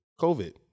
COVID